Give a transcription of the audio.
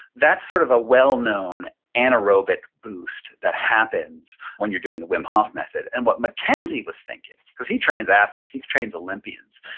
that's sort of a well-known anaerobic boost that happens when you're doing the wim hof method. and what mckenzie was thinking, cause he trains athletes, he trains olympians,